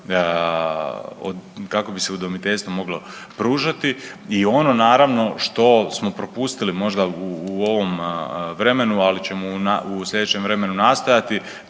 kako bi se udomiteljstvo moglo pružati. I ono naravno što smo propustili možda u ovom vremenu, ali ćemo u sljedećem vremenu nastojati